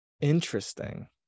Interesting